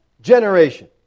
generation